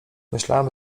myślałem